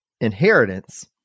inheritance